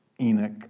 Enoch